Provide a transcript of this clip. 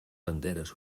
banderes